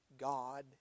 God